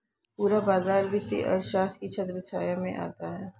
पूरा बाजार वित्तीय अर्थशास्त्र की छत्रछाया में आता है